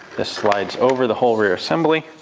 this slides over the whole rear assembly,